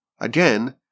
again